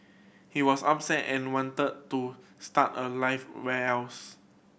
he was upset and wanted to start a life where else